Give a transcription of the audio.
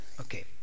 okay